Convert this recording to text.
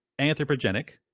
anthropogenic